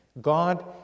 God